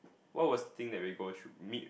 what was thing that we go should meet